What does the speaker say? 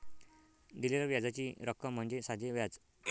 दिलेल्या व्याजाची रक्कम म्हणजे साधे व्याज